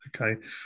okay